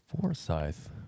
Forsyth